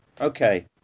Okay